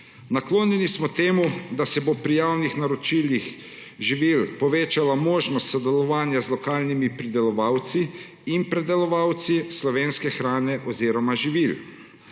Naklonjeni smo temu, da se bo pri javnih naročilih živil povečala možnost sodelovanja z lokalnimi pridelovalci in predelovalci slovenske hrane oziroma živil.